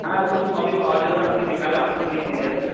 হ্যাঁ ওগুলো সবই পাওয়া যাবে আপনি বিকালে আসুন দিয়ে নিয়ে যাবেন